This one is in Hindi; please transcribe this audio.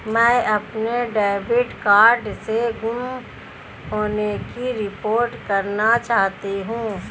मैं अपने डेबिट कार्ड के गुम होने की रिपोर्ट करना चाहती हूँ